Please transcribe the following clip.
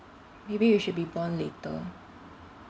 maybe we should be born later